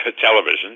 television